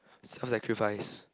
self sacrifice